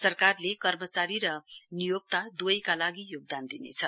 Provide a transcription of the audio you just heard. सरकारले कर्मचारी र नियोक्त दुवैका लागि योगदान दिनेछ